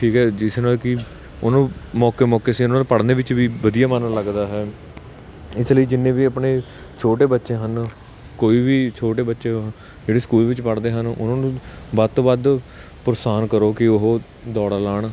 ਠੀਕ ਹੈ ਜਿਸ ਨਾਲ ਕਿ ਉਹਨੂੰ ਮੌਕੇ ਮੌਕੇ ਮੌਕੇ ਸਿਰ ਉਹਨਾਂ ਨੂੰ ਪੜਨੇ ਵਿੱਚ ਵੀ ਵਧੀਆ ਮਨ ਲੱਗਦਾ ਹੈ ਇਸ ਲਈ ਜਿੰਨੇ ਵੀ ਆਪਣੇ ਛੋਟੇ ਬੱਚੇ ਹਨ ਕੋਈ ਵੀ ਛੋਟੇ ਬੱਚੇ ਜਿਹੜੇ ਸਕੂਲ ਵਿੱਚ ਪੜ੍ਹਦੇ ਹਨ ਉਹਨਾਂ ਨੂੰ ਵੱਧ ਤੋਂ ਵੱਧ ਪਰੋਸਾਨ ਕਰੋ ਕਿ ਉਹ ਦੌੜਾਂ ਲਾਉਣ